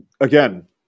again